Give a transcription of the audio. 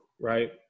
Right